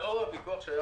כל פורמט שתרצו